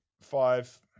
Five